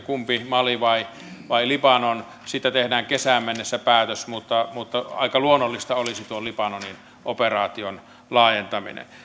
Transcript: kumpi mali vai vai libanon siitä tehdään kesään mennessä päätös mutta mutta aika luonnollista olisi tuon libanonin operaation laajentaminen